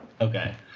Okay